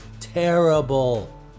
Terrible